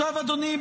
אדוני,